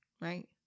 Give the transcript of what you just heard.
right